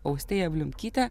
austėja bliumkyte